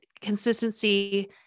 Consistency